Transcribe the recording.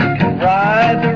rise